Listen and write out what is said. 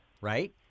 right